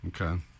okay